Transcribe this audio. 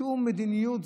שום מדיניות,